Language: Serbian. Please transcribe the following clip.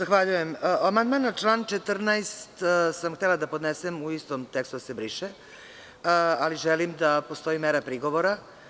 Amandman na član 14. sam htela da podnesem u istom tekstu, da se briše, ali želim da postoji mera prigovora.